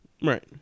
Right